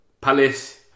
Palace